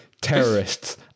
terrorists